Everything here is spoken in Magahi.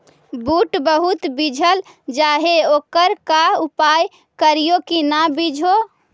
बुट बहुत बिजझ जा हे ओकर का उपाय करियै कि न बिजझे?